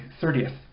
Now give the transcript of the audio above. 30th